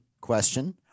question